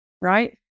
right